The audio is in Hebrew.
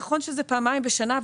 נכון שזה פעמיים בשנה,